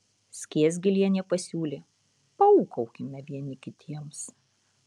skiesgilienė pasiūlė paūkaukime vieni kitiems